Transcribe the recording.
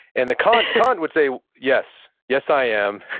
and kind of kant would say, yes. yes, i am.